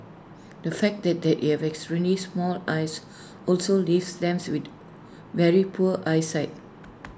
the fact that they have extremely small eyes also leaves them with very poor eyesight